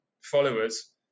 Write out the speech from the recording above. followers